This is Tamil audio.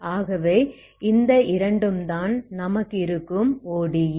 ஆகவே இந்த இரண்டும் தான் நமக்கு இருக்கும் ODE's